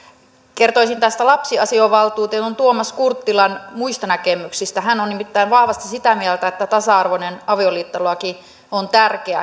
kertoisin tästä lapsiasiavaltuutetun tuomas kurttilan muista näkemyksistä hän on nimittäin vahvasti sitä mieltä että tasa arvoinen avioliittolaki on tärkeä